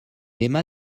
aima